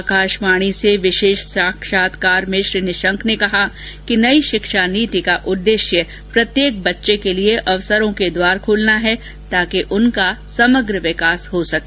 आकाशवाणी से विशेष साक्षात्कार में श्री निशंक ने कहा कि नई शिक्षा नीति का उद्देश्य प्रत्येक बच्चे के लिए अवसरों के द्वार खोलना है ताकि उनका समग्र विकास हो सके